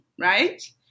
Right